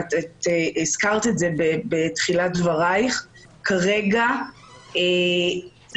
את הזכרת את זה בתחילת דברייך שאנחנו צריכים